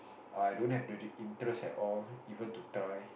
I don't have the interest at all even to try